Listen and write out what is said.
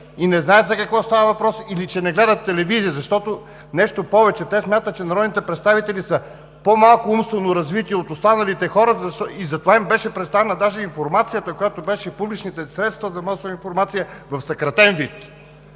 и не знаят за какво става въпрос или че не гледат телевизия. Нещо повече, те смятат, че народните представители са по-малко умствено развити от останалите хора и затова им беше представена даже информацията, която беше в публичните средства за масова информация, в съкратен вид.